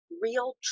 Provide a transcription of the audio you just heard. real